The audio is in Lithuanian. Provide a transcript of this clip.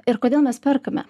ir kodėl mes perkame